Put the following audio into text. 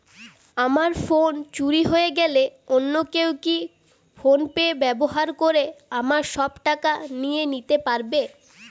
আমার ফোন চুরি হয়ে গেলে অন্য কেউ কি ফোন পে ব্যবহার করে আমার সব টাকা নিয়ে নিতে পারবে?